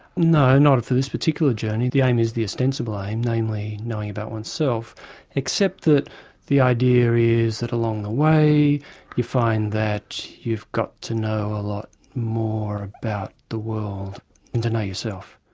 no, not for this particular journey. the aim is the ostensible aim, namely knowing about myself, except that the idea is that along the way you find that you've got to know a lot more about the world and to know yourself.